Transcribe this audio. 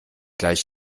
gleich